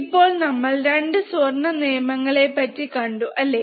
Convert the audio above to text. ഇപ്പോൾ നമ്മൾ രണ്ട് സ്വർണ നിയമങ്ങളെ പറ്റി കണ്ടു അല്ലെ